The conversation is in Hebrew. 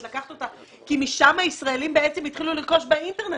לקחת אותה כי משם הישראלים בעצם התחילו לרכוש באינטרנט